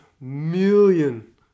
million